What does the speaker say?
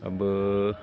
अब